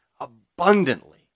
abundantly